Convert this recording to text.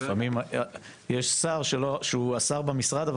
לפעמים יש שר שהוא השר במשרד,